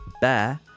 Bear